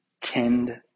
tend